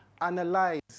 analyze